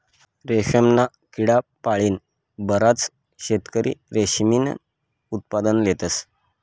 रेशमना किडा पाळीन बराच शेतकरी रेशीमनं उत्पादन लेतस